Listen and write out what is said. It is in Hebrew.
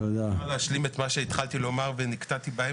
אני יכול להשלים את מה שהתחלתי לומר ונקטעתי באמצע?